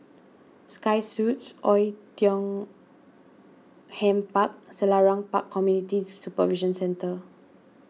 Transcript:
Sky Suites Oei Tiong Ham Park Selarang Park Community Supervision Centre